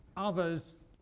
others